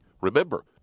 Remember